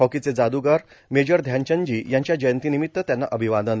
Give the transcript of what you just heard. हॉकीचे जादूगार मेजर ध्यानचंदजी यांच्या जयंतीनिमित्त त्यांना अभिवादन